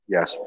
Yes